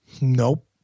Nope